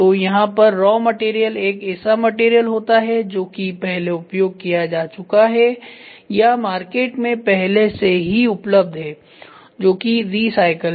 तो यहां पर रॉ मैटेरियल एक ऐसा मैटेरियल होता है जो कि पहले उपयोग किया जा चुका है या मार्केट में पहले से ही उपलब्ध है जोकि रिसाइकल है